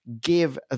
give